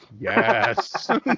Yes